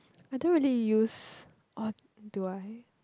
I do already use oh do I